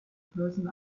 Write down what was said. person